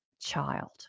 child